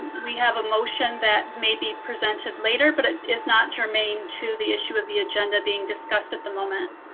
we have a motion that may be presented later but it is not germane to the issue of the agenda being discussed at the moment.